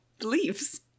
leaves